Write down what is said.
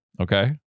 okay